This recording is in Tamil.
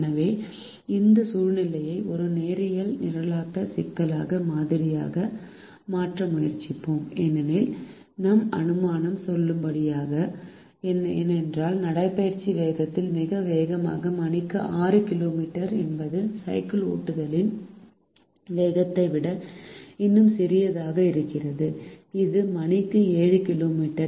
எனவே இந்த சூழ்நிலையை ஒரு நேரியல் நிரலாக்க சிக்கலாக மாதிரியாக மாற்ற முயற்சிப்போம் ஏனெனில் நம் அனுமானம் செல்லுபடியாகும் ஏனென்றால் நடைபயிற்சி வேகத்தில் மிக வேகமாக மணிக்கு 6 கிலோமீட்டர் என்பது சைக்கிள் ஓட்டுதலின் வேகத்தை விட இன்னும் சிறியதாக இருக்கிறது இது மணிக்கு 7 கிலோமீட்டர்